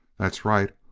that's right.